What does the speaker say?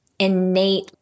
innate